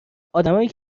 ادمایی